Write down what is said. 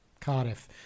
Cardiff